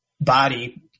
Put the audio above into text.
body